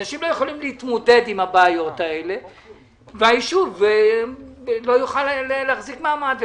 אנשים לא יכולים להתמודד עם הבעיות האלה והיישוב לא יוכל להחזיק מעמד.